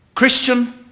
Christian